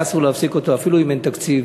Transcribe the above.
היה אסור להפסיק אותו, אפילו אם אין תקציב.